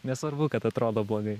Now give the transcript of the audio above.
nesvarbu kad atrodo blogai